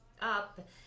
up